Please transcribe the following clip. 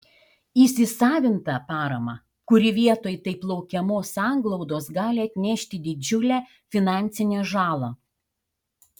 įsisavintą paramą kuri vietoj taip laukiamos sanglaudos gali atnešti didžiulę finansinę žalą